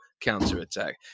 counter-attack